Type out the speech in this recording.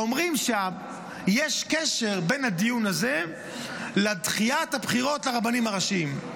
אומרים שיש קשר בין הדיון הזה לדחיית הבחירות לרבנים הראשיים.